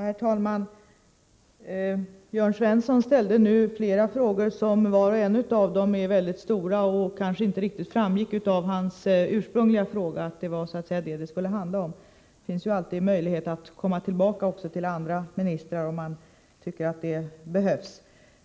Herr talman! Jörn Svensson ställde nyss flera frågor. Var och en av dem är väldigt omfattande. Det kanske inte riktigt framgick av hans ursprungliga fråga att det så att säga var det som debatten skulle handla om. Men det finns jualltid en möjlighet att återkomma även till andra ministrar, om man tycker att det behövs.